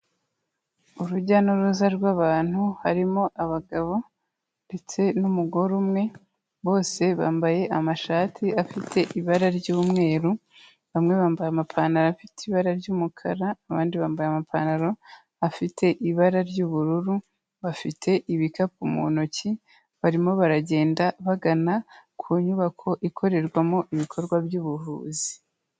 Urujya n'uruza rw'abantu harimo abagabo ndetse n'umugore umwe, bose bambaye amashati afite ibara ry'umweru, bamwe bambaye amapantaro afite ibara ry'umukara, abandi bambaye amapantaro afite ibara ry'ubururu, bafite ibikapu mu ntoki barimo baragenda bagana ku nyubako ikorerwamo ibikorwa by'ubuvuzi.